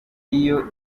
iyo